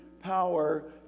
power